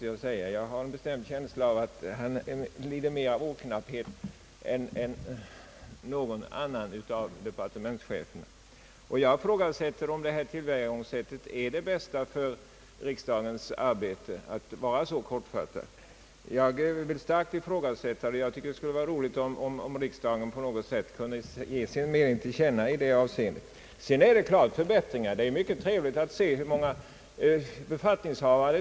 Jag ifrågasätter starkt om det kan vara till gagn för riksdagens arbete att en departementschef är så ordknapp, och jag tycker det skulle vara glädjande om riksdagen på något sätt kunde ge sin mening till känna om den saken. Det är uppenbart att statsverkspropositionen innehåller förbättringar.